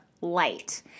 Light